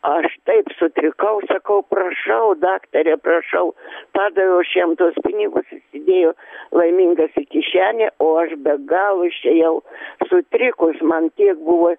aš taip sutrikau sakau prašau daktare prašau padaviau aš jam tuos pinigus įsidėjo laimingas į kišenę o aš be galo išėjau sutrikus man tiek buvo